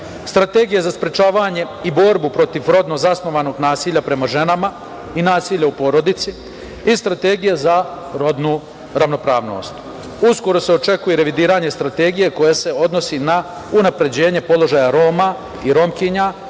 Strategija za sprečavanje i borbu protiv rodno zasnovanog nasilja prema ženama i nasilja u porodici i Strategija za rodnu ravnopravnost. Uskoro se očekuje revidiranje strategije koja se odnosi na unapređenje položaja Roma i Romkinja,